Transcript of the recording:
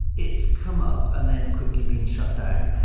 it's come up and then quickly being shut down